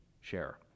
share